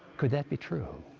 could that be true?